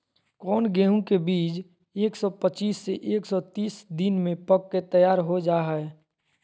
कौन गेंहू के बीज एक सौ पच्चीस से एक सौ तीस दिन में पक के तैयार हो जा हाय?